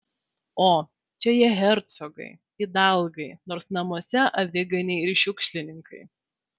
o čia jie hercogai idalgai nors namuose aviganiai ir šiukšlininkai